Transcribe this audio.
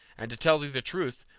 and to tell thee the truth,